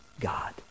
God